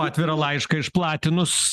atvirą laišką išplatinus